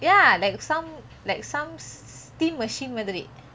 ya like some like some steam machine மாதிரி:mathiri